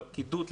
לפקידות,